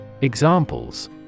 Examples